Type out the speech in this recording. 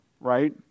right